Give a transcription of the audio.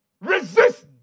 Resist